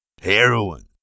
Heroin